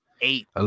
eight